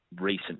recent